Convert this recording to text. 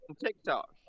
TikTok